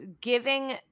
giving